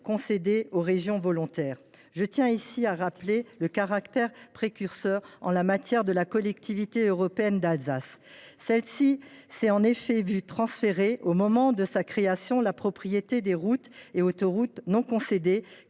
concédées aux régions volontaires. Je tiens à rappeler le caractère précurseur, en matière de différenciation, de la Collectivité européenne d’Alsace. Celle ci s’est en effet vue transférer, au moment de sa création, la propriété des routes et autoroutes non concédées,